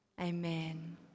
amen